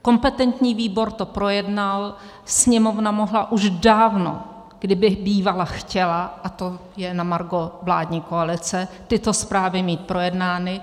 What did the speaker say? Kompetentní výbor to projednal, Sněmovna mohla už dávno, kdyby bývala chtěla, to je na margo vládní koalice, tyto zprávy mít projednány.